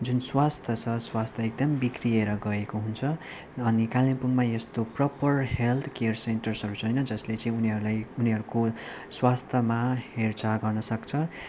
जुन स्वास्थ्य छ स्वास्थ्य एकदम बिग्रिएर गएको हुन्छ अनि कालिम्पोङमा यस्तो प्रपर हेल्थ केयर सेन्टरहरू छैन जसले चाहिँ उनीहरूलाई उनीहरूको स्वास्थ्यमा हेरचार गर्न सक्छ